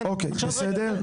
אוקיי, בסדר.